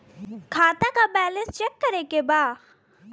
खाता का balance check करे के बा?